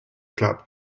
club